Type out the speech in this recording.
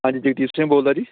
ਹਾਂਜੀ ਜਗਦੀਸ਼ ਸਿੰਘ ਬੋਲਦਾ ਜੀ